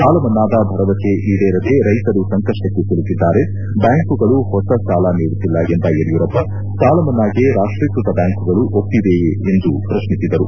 ಸಾಲಮನ್ನಾದ ಭರವಸೆ ಈಡೇರದೆ ರೈತರು ಸಂಕಷ್ಷಕ್ಕೆ ಸಿಲುಕಿದ್ದಾರೆ ಬ್ಯಾಂಕುಗಳು ಹೊಸ ಸಾಲ ನೀಡುತ್ತಿಲ್ಲ ಎಂದ ಯಡಿಯೂರಪ್ಪ ಸಾಲ ಮನ್ನಾಗೆ ರಾಷ್ಟೀಕೃತ ಬ್ಯಾಂಕ್ಗಳು ಒಪ್ಪಿವೆಯೇ ಎಂದು ಪ್ರಶ್ನಿಸಿದರು